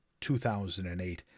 2008